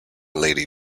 lady